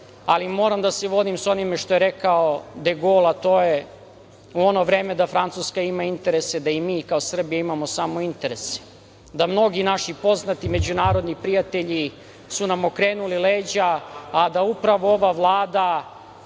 ali moram da se vodim sa onim što je rekao De Gol, a to je u ono vreme da Francuska ima interese, da i mi kao Srbi imamo samo interese, da mnogi naši poznati međunarodni prijatelji su nam okrenuli leđa, a da upravo ova Vlada